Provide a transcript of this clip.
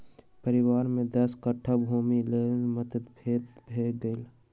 परिवार में दस कट्ठा भूमिक लेल मतभेद भ गेल